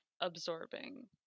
absorbing